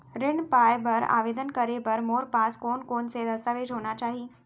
ऋण पाय बर आवेदन करे बर मोर पास कोन कोन से दस्तावेज होना चाही?